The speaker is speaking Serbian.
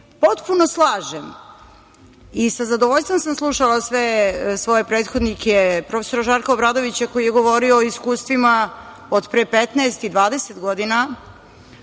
potpuno slažem i sa zadovoljstvom sam slušala sve svoje prethodnike, prof. Žarka Obradovića koji je govorio o iskustvima od pre 15 i 20 godina,